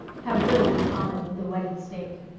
have little in common with the wedded state.